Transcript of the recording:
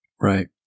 right